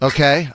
Okay